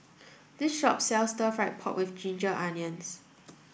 this shop sells stir fried pork with ginger onions